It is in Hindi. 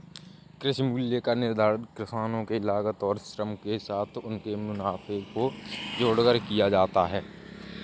कृषि मूल्य का निर्धारण किसानों के लागत और श्रम के साथ उनके मुनाफे को जोड़कर किया जाता है